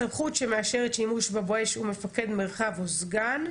הסמכות שמאשרת שימוש ב"בואש" הוא מפקד מרחב או סגן,